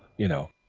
you know,